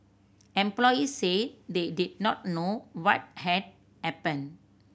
employees said they did not know what had happened